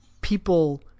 people